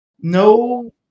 no